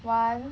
one